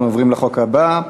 אנחנו עוברים להצעת החוק הבאה,